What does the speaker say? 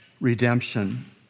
redemption